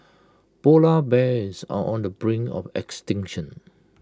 Polar Bears are on the brink of extinction